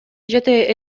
жете